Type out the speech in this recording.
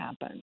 happen